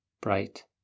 bright